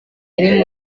yari